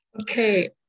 okay